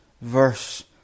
verse